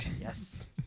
Yes